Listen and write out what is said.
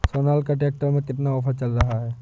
Sonalika tractor में कितना offer चल रहा है?